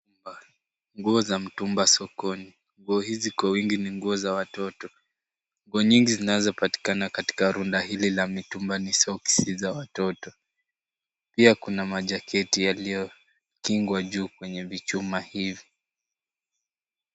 Ngoa za mtumba sokoni, nguo hizi kwa wingi ni za watoto. Nguo nyingi zinazo patikana katika runda hili la mitumba ni soksi za watoto. Pia kuna majaketi yalio kingwa juu kwenye vichuma hivi.